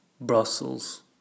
Brussels